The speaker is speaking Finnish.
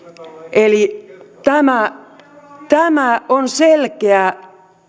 eli tämä tämä on selkeä